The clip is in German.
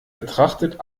betrachtet